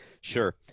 Sure